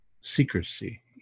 secrecy